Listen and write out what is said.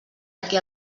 aquí